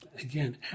Again